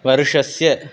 वर्षस्य